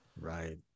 right